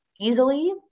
Easily